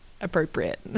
appropriate